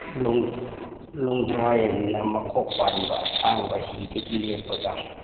ꯂꯣꯡꯗ꯭ꯔꯥ ꯍꯥꯏꯗꯅ ꯃꯈꯣꯛ ꯄꯥꯟꯕ ꯑꯁꯥꯡꯕ ꯍꯤꯗꯒꯤ ꯂꯦꯞꯄꯒ